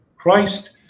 Christ